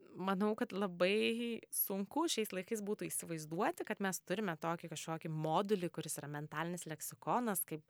manau kad labai sunku šiais laikais būtų įsivaizduoti kad mes turime tokį kažkokį modulį kuris yra mentalinis leksikonas kaip